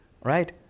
right